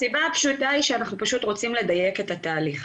הסיבה הפשוטה היא שאנחנו פשוט רוצים לדייק את התהליך.